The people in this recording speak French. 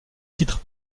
titre